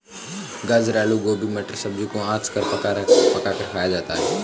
गाजर आलू गोभी मटर सब्जी को आँच पर पकाकर खाया जाता है